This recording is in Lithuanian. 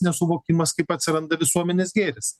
nesuvokimas kaip atsiranda visuomenės gėris